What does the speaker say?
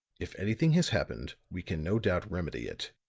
if anything has happened we can no doubt remedy it.